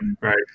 Right